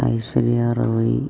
Aishwarya Rai